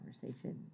conversation